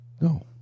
No